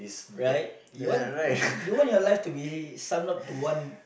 right you want you want your life to be sum up to one